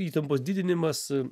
įtampos didinimas